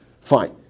Fine